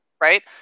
right